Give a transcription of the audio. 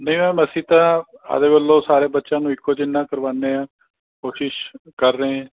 ਨਹੀਂ ਮੈਮ ਅਸੀਂ ਤਾਂ ਆਪਦੇ ਵੱਲੋਂ ਸਾਰੇ ਬੱਚਿਆਂ ਨੂੰ ਇੱਕੋਂ ਜਿੰਨਾ ਕਰਵਾਨੇ ਹਾਂ ਕੋਸ਼ਿਸ਼ ਕਰ ਰਏ